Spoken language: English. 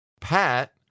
Pat